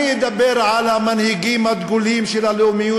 אני אדבר על המנהיגים הדגולים של הלאומיות